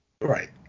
Right